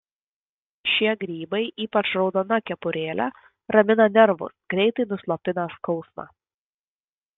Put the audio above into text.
šie grybai ypač raudona kepurėle ramina nervus greitai nuslopina skausmą